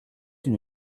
une